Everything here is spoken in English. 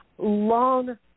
long